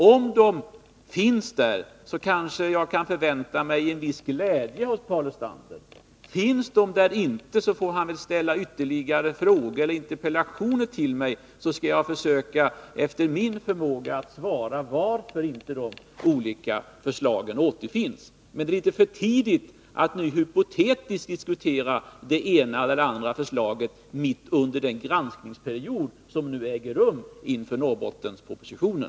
Om de finns där, kanske jag kan förvänta mig en viss glädje hos Paul Lestander. Finns de inte där, får väl Paul Lestander ställa ytterligare frågor och interpellationer till mig. Då skall jag försöka att efter förmåga svara på varför de olika förslagen inte återfinns i propositionen. Men det är litet för tidigt att nu hypotetiskt diskutera det ena eller andra förslaget mitt under den granskning som äger rum inför Norrbottenspropositionen.